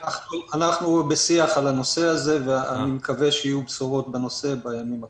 אנחנו בשיח על הנושא הזה ואני מקווה שיהיו בשורות בנושא בימים הקרובים.